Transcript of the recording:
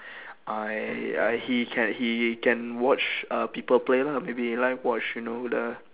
I I he can he can watch uh people play lah maybe live watch you know the